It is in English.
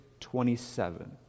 27